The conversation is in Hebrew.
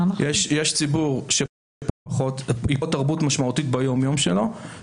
יש ציבור שזה תרבות משמעותית ביום-יום שלו,